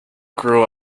grew